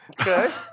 Okay